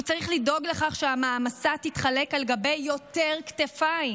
הוא צריך לדאוג לכך שהמעמסה תתחלק על גבי יותר כתפיים.